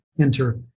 enter